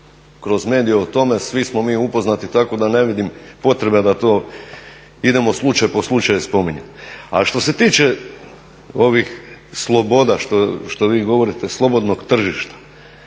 kroz medije o tome, svi smo mi upoznati tako da ne vidim potrebe da to idemo slučaj po slučaj spominjati. A što se tiče ovih sloboda što vi govorite, slobodnog tržišta.